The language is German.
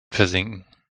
versinken